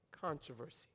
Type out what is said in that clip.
controversy